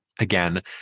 Again